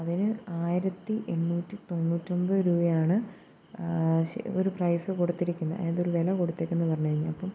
അതിന് ആയിരത്തി എണ്ണൂറ്റി തൊണ്ണൂറ്റൊൻപത് രൂപയാണ് ശ അവർ പ്രൈസ് കൊടുത്തിരിക്കുന്ന അതിൽ വില കൊടുത്തേക്കുന്നത് പറഞ്ഞു കഴിഞ്ഞപ്പം